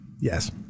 Yes